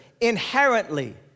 inherently